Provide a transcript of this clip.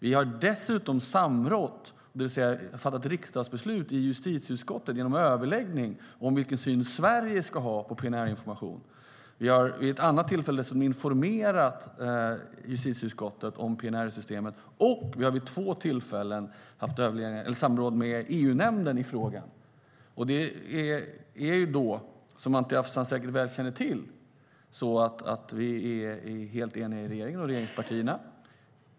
Vi har dessutom samrått, det vill säga fattat riksdagsbeslut i justitieutskottet efter överläggning, om vilken syn Sverige ska ha på PNR-information. Vi har vid ett annat tillfälle informerat justitieutskottet om PNR-systemet, och vi har vid två tillfällen haft samråd med EU-nämnden i frågan. Som Anti Avsan säkert väl känner till är vi helt eniga i regeringen och regeringspartierna.